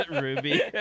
Ruby